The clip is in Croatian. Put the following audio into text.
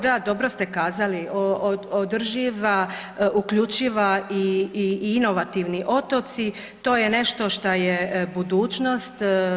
Da, dobro ste kazali održivi, uključivi i inovativni otoci to je nešto što je budućnost.